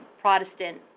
Protestant